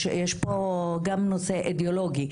יש פה גם נושא אידיאולוגי,